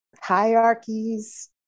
hierarchies